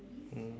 mm